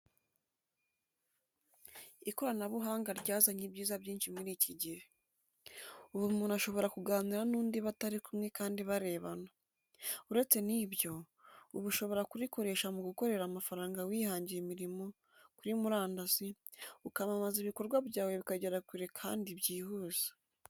Ikoranabuhanga ryazanye ibyiza byinshi muri iki gihe. Ubu umuntu ashobora kuganira n'undi batari kumwe kandi barebana. Uretse n'ibyo, ubu ushobora kurikoresha mu gukorera amafaranga wihangira imirimo kuri murandasi, ukamamaza ibikorwa byawe bikagera kure kandi byihuse.